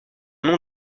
nom